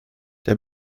der